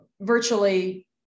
Virtually